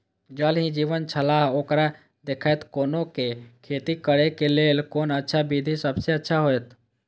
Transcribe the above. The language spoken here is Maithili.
ज़ल ही जीवन छलाह ओकरा देखैत कोना के खेती करे के लेल कोन अच्छा विधि सबसँ अच्छा होयत?